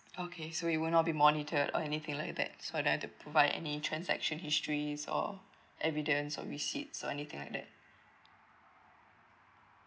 okay so it will not be monitored or anything like that so I don't have to provide any transaction histories or evidence or receipts or anything like that